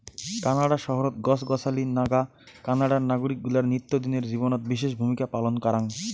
Canada শহরত গছ গছালি নাগা কানাডার নাগরিক গুলার নিত্যদিনের জীবনত বিশেষ ভূমিকা পালন কারাং